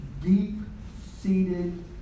deep-seated